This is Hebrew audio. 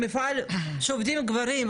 במפעל שעובדים גברים,